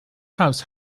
house